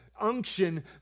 unction